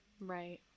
Right